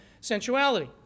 sensuality